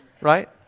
Right